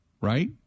right